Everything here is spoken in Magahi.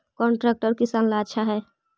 कौन ट्रैक्टर किसान ला आछा है?